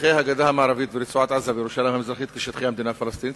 שטחי הגדה המערבית ורצועת-עזה וירושלים המזרחית כשטחי המדינה הפלסטינית,